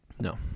No